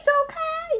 走开